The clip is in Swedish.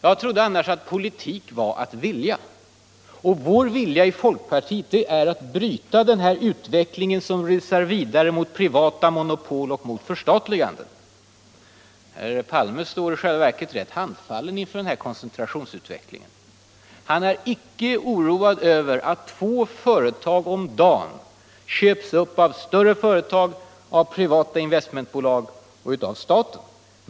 Jag trodde annars att politik var att vilja. Och vår vilja i folkpartiet är att bryta den här utvecklingen som rusar vidare mot privata monopol och förstatliganden. Herr Palme står i själva verket rätt handfallen inför koncentrationsutvecklingen. Han är inte alls oroad över att två företag om dagen köps upp av större företag, privata investmentbolag och staten.